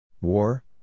War